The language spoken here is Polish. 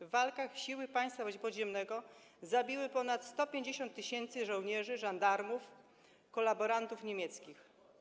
W walkach siły państwa podziemnego zabiły ponad 150 tys. żołnierzy, żandarmów, kolaborantów niemieckich.